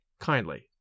kindly